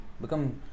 become